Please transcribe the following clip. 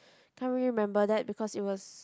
can't remember that because it was